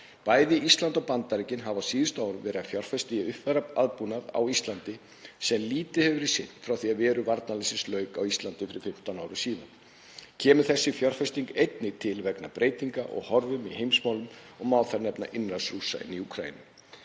Bæði Ísland og Bandaríkin hafa á síðustu árum verið að fjárfesta í að uppfæra aðbúnað á Íslandi sem lítið hefur verið sinnt frá því veru varnarliðsins lauk á Íslandi fyrir 15 árum síðan. Kemur þessi fjárfesting einnig til vegna breytinga og horfa í heimsmálunum og má þar nefna innrás Rússa í Úkraínu.